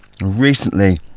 recently